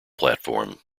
platform